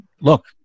look